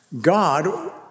God